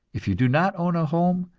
if you do not own a home,